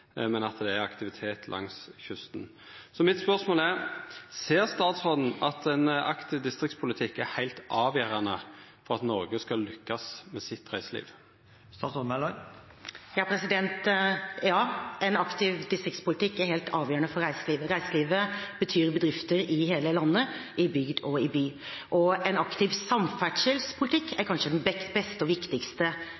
men at det er aktivitet langs kysten. Mitt spørsmål er: Ser statsråden at ein aktiv distriktspolitikk er heilt avgjerande for at Noreg skal lukkast med sitt reiseliv? Ja. En aktiv distriktspolitikk er helt avgjørende for reiselivet. Reiselivet betyr bedrifter i hele landet, i bygd og i by. Og en aktiv samferdselspolitikk er